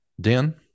Dan